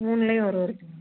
மூண்லயும் ஒரு ஒரு கிலோ